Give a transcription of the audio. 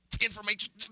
information